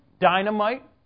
dynamite